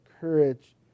courage